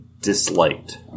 disliked